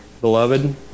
Beloved